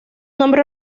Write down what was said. nombre